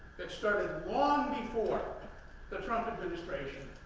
that started long before the trump administration,